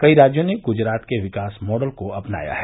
कई राज्यों ने गुजरात के विकास मॉडल को अपनाया है